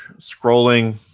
scrolling